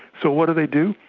so what do they do?